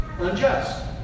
unjust